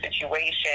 situation